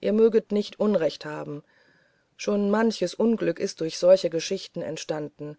ihr möget nicht unrecht haben schon manches unglück ist durch solche geschichten entstanden